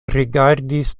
rigardis